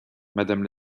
madame